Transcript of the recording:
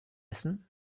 essen